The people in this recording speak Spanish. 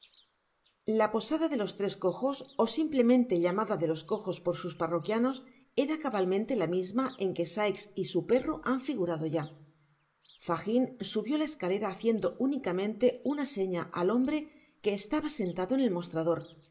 la posada de los tres cojos ó simplemente llamada de los cojos por sus parroquianos era cabalmente la misma en que sikes y su perro han figurado ya fagin subió la escalera haciendo únicamente una seña al hombre que estaba sentado en el mostrador